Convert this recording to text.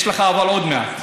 יש לך עוד מעט.